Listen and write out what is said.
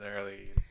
early